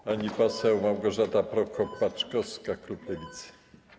Pani poseł Małgorzata Prokop-Paczkowska, klub Lewicy.